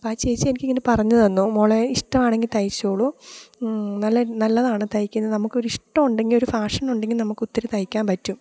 അപ്പോൾ ആ ചേച്ചി എനിക്കിങ്ങനെ പറഞ്ഞു തന്നു മകളെ ഇഷ്ടമാണെങ്കിൽ തയ്ച്ചോളൂ നല്ല നല്ലതാണ് തയ്ക്കുന്നത് നമുക്കൊരു ഇഷ്ടം ഉണ്ടെങ്കിൽ ഒരു ഫാഷനുണ്ടെങ്കിൽ നമുക്ക് ഒത്തിരി തയ്ക്കാൻ പറ്റും